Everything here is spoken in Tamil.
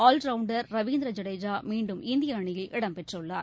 ஆல்வுண்டர் ரவீந்திர ஜடேஜா மீண்டும் இந்திய அணியில் இடம்பெற்றுள்ளார்